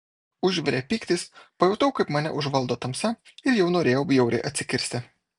užvirė pyktis pajutau kaip mane užvaldo tamsa ir jau norėjau bjauriai atsikirsti